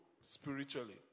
spiritually